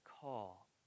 call